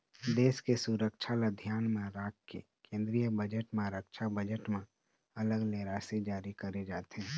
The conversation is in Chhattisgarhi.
देश के सुरक्छा ल धियान म राखके केंद्रीय बजट म रक्छा बजट म अलग ले राशि जारी करे जाथे